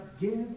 give